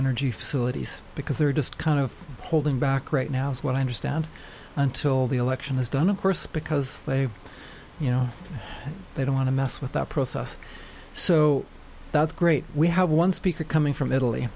energy facilities because they're just kind of holding back right now is what i understand until the election is done of course because they you know they don't want to mess with that process so that's great we have one speaker coming from italy